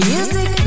Music